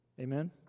Amen